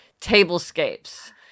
tablescapes